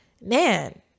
man